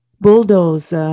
bulldoze